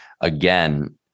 Again